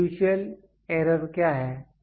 fiducial error क्या है